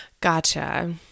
Gotcha